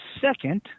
second